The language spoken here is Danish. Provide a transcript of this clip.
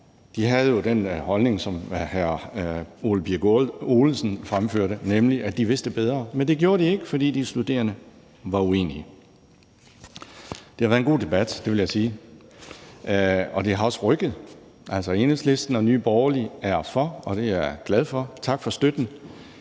Den havde jo den holdning, som hr. Ole Birk Olesen fremførte, nemlig at den vidste bedre – men det gjorde den ikke, for de studerende var uenige. Det har været en god debat, det vil jeg sige, og det har også rykket. Altså, Enhedslisten og Nye Borgerlige er for, og det er jeg glad for – tak for støtten.